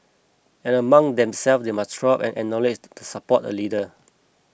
and among themselves they must throw up and acknowledge to support a leader